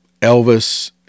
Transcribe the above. Elvis